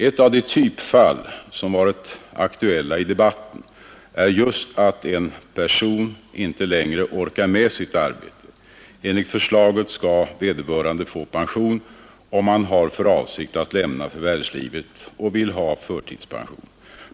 Ett av de typfall som varit aktuella i debatten är just att en person inte längre orkar med sitt arbete. Enligt de nya reglerna skall vederbörande få pension, om han har för avsikt att lämna förvärvslivet och vill ha förtidspension.